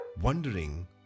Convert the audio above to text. wondering